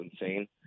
insane